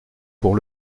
pour